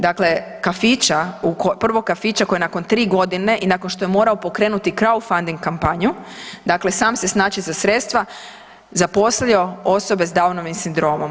Dakle, kafića, prvog kafića koji je nakon 3 godine i nakon što je morao pokrenuti kraufanding kampanju dakle sam se snaći za sredstva zaposlio osobe sa Downovim sindromom.